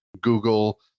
Google